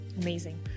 Amazing